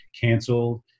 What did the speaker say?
canceled